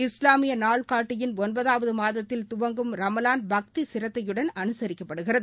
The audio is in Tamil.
இஸ்லாமிய நாள்காட்டியின் ஒன்பதாவது மாதத்தில் துவங்கும் ரமலான் பக்தி சிரத்தையுடன் அனுசரிக்கப்படுகிறது